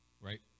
right